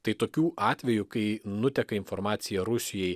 tai tokių atvejų kai nuteka informacija rusijai